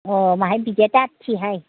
अ बाहाय बिदिया दाथसोहाय